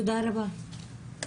תודה רבה.